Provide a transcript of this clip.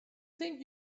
think